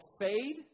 fade